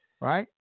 Right